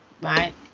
right